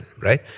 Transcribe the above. right